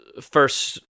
first